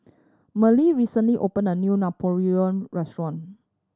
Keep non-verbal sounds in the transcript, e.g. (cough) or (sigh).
Marlee recently opened a new (unintelligible) restaurant